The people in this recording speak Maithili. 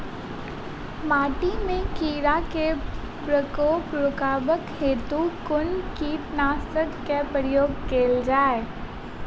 माटि मे कीड़ा केँ प्रकोप रुकबाक हेतु कुन कीटनासक केँ प्रयोग कैल जाय?